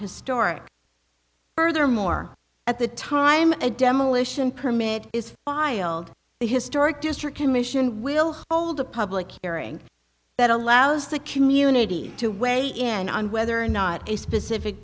historic furthermore at the time a demolition permit is filed the historic district commission will hold a public hearing that allows the community to weigh in on whether or not a specific